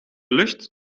lucht